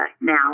now